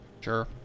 Sure